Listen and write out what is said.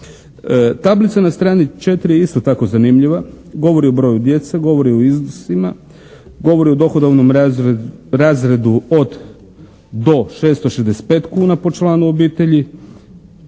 Tablica na strani četiri je isto tako zanimljiva. Govori o broju djece. Govori o iznosima. Govori o dohodovnom razredu od do 665 kuna po članu obitelji.